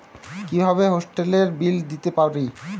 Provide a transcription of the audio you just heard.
কিভাবে হোটেলের বিল দিতে পারি?